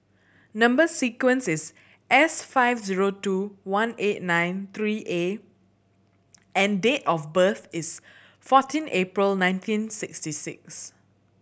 number sequence is S five zero two one eight nine three A and date of birth is fourteen April nineteen sixty six